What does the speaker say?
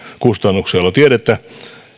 kustannuksella tiedettä